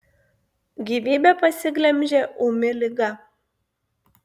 gyvybę pasiglemžė ūmi liga